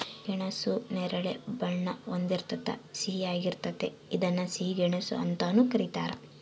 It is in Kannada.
ಗೆಣಸು ನೇರಳೆ ಬಣ್ಣ ಹೊಂದಿರ್ತದ ಸಿಹಿಯಾಗಿರ್ತತೆ ಇದನ್ನ ಸಿಹಿ ಗೆಣಸು ಅಂತಾನೂ ಕರೀತಾರ